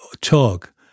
talk